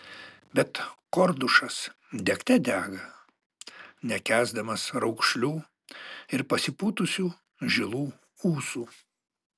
bet kordušas degte dega nekęsdamas raukšlių ir pasipūtusių žilų ūsų